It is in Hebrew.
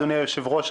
אדוני היושב-ראש,